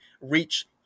reach